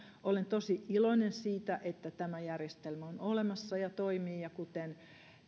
olen tosi iloinen siitä että tämä järjestelmä on olemassa ja toimii ja kuten